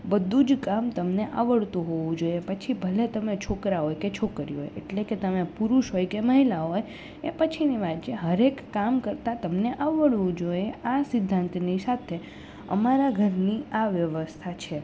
બધું જ કામ તમને આવડતું હોવું જોઈએ પછી ભલે તમે છોકરા હોય કે છોકરી હોય એટલે કે તમે પુરુષ હોય કે મહિલા હોય એ પછીની વાત છે દરેક કામ કરતાં તમને આવડવું જોઈએ આ સિદ્ધાંતની સાથે અમારા ઘરની આ વ્યવસ્થા છે